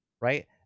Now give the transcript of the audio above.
right